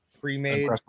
pre-made